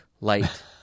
Light